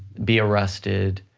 be arrested,